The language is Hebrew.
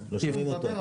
נקודה.